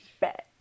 Bet